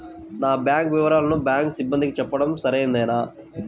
నా బ్యాంకు వివరాలను బ్యాంకు సిబ్బందికి చెప్పడం సరైందేనా?